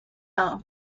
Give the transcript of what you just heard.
know